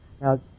Now